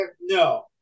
No